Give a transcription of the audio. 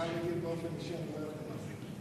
אני חייב לומר לך שבאופן אישי אני לא אוהב את המס הזה.